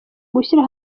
gushyira